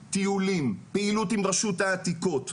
טיולים, פעילות עם רשות העתיקות ועוד,